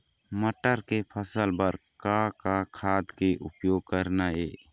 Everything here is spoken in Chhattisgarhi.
मटर के फसल बर का का खाद के उपयोग करना ये?